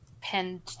pinned